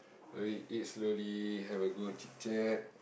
when we eat slowly have a good chit chat